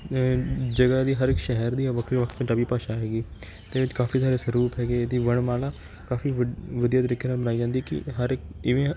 ਜਗ੍ਹਾ ਦੀ ਹਰ ਇੱਕ ਸ਼ਹਿਰ ਦੀਆਂ ਵੱਖਰੀਆਂ ਵੱਖਰੀਆਂ ਪੰਜਾਬੀ ਭਾਸ਼ਾ ਹੈਗੀ ਅਤੇ ਕਾਫ਼ੀ ਸਾਰੇ ਸਰੂਪ ਹੈਗੇ ਇਹਦੇ ਵਰਣਮਾਲਾ ਕਾਫ਼ੀ ਵੱ ਵਧੀਆ ਤਰੀਕੇ ਨਾਲ ਬਣਾਈ ਜਾਂਦੀ ਕਿ ਹਰ ਇੱਕ ਕਿਵੇਂ